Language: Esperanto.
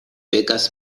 pekas